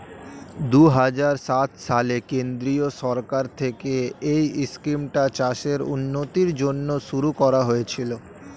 দুহাজার সাত সালে কেন্দ্রীয় সরকার থেকে এই স্কিমটা চাষের উন্নতির জন্য শুরু করা হয়েছিল